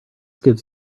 gives